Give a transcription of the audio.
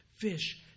fish